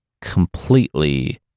completely